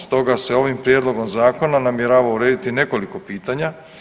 Stoga se ovim prijedlogom zakona namjerava urediti nekoliko pitanja.